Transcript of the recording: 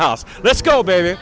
house let's go baby